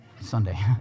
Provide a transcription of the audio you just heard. Sunday